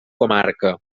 comarca